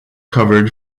covered